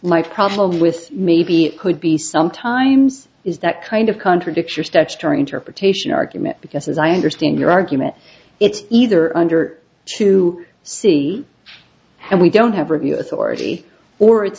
like problem with maybe it could be sometimes is that kind of contradicts your statutory interpretation argument because as i understand your argument it's either under two c and we don't have review authority or it's